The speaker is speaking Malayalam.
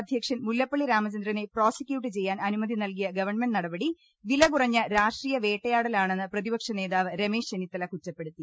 അധ്യക്ഷൻ മുല്ലപ്പള്ളി രാമചന്ദ്രനെ പ്രോസിക്യൂട്ട് ചെയ്യാൻ അനു മ തി ന ൽ കിയ ഗവൺമെന്റ് നടപടി വിലകുറഞ്ഞ രാഷ്ട്രീയ വേട്ടയാടലാണെന്ന് പ്രതിപക്ഷ നേതാവ് രമേശ് ചെന്നിത്തല കുറ്റപ്പെടുത്തി